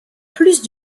plus